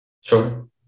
Sure